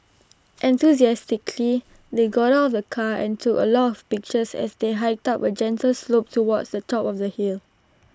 enthusiastically they got out of the car and took A lot of pictures as they hiked up A gentle slope towards the top of the hill